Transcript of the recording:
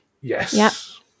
Yes